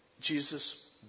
Jesus